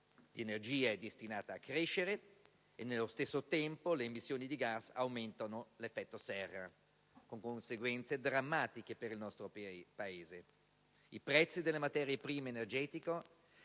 energia è destinata a crescere e nello stesso tempo le emissioni di gas aumentano l'effetto serra, con conseguenze drammatiche per il nostro Paese. I prezzi delle materie prime energetiche